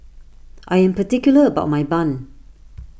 I am particular about my Bun